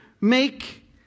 make